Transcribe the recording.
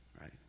right